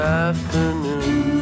afternoon